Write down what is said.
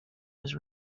was